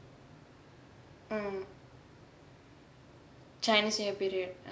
chinese new year period